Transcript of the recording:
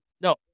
no